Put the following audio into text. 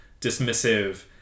dismissive